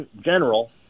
general